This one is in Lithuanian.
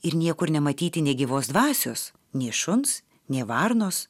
ir niekur nematyti nė gyvos dvasios nė šuns nė varnos